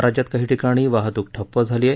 राज्यात काही ठिकाणी वाहतूक ठप्प झाली आहे